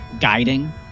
guiding